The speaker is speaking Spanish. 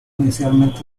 inicialmente